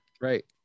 right